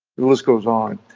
the list goes on.